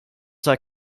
that